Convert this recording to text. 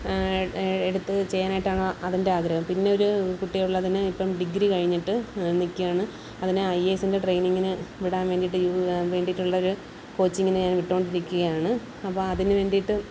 എടുത്ത് ചെയ്യാനായിട്ടാണ് അവന്റെ ആഗ്രഹം പിന്നെ ഒരു കുട്ടിയുള്ളതിനെ ഇപ്പോള് ഡിഗ്രി കഴിഞ്ഞിട്ട് നില്ക്കുകയാണ് അതിനെ ഐ എ എസ്സിന്റെ ട്രെയ്നിങ്ങിന് വിടാൻ വേണ്ടിയിട്ട് വേണ്ടിയിട്ടുള്ളൊരു കോച്ചിങ്ങിന് ഞാൻ വിട്ടുകൊണ്ടിരിക്കുകയാണ് അപ്പോള് അതിന് വേണ്ടിയിട്ട്